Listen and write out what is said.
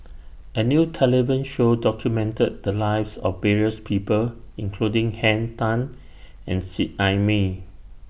A New television Show documented The Lives of various People including Henn Tan and Seet Ai Mee